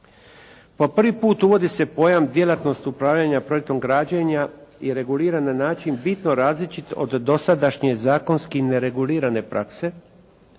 Po prvi put uvodi se pojam djelatnost upravljanja projektom građenja i reguliranja na način bitno različit od dosadašnje zakonski neregulirane prakse